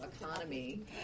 economy